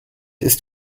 ist